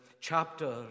chapter